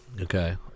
Okay